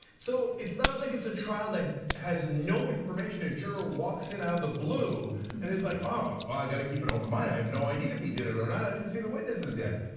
so it's not like it's a trial that has no information, a juror walks in out of the blue and is like ah well, i gotta keep an open mind. i have no idea if he did it or not. i didn't see the witnesses yet.